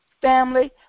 Family